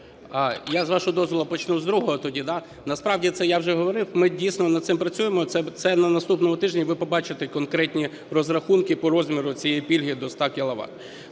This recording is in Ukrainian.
Я, з вашого дозволу, почну з другого тоді, да. Насправді, це я вже говорив, ми, дійсно, над цим працюємо. Це на наступному тижні ви побачите конкретні розрахунки по розміру цієї пільги до 100